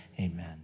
Amen